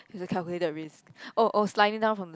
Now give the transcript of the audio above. it's a calculated risk oh oh sliding down from the